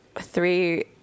three